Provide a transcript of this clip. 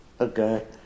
Okay